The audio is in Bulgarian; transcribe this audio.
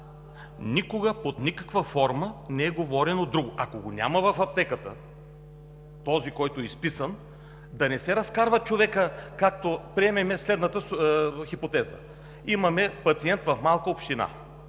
Никога, под никаква форма не е говорено друго! Ако го няма в аптеката този, който е изписан, да не се разкарва човекът. Да приемем следната хипотеза: имаме пациент в малка община,